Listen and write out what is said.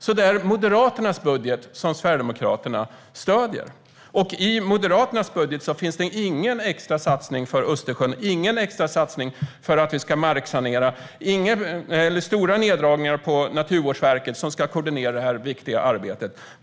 Det är alltså Moderaternas budget som Sverigedemokraterna stöder. I Moderaternas budget finns det ingen extra satsning på Östersjön och ingen extra satsning på att vi ska marksanera, men det finns stora neddragningar på Naturvårdsverket, som ska koordinera detta viktiga arbete.